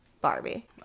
Barbie